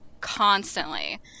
constantly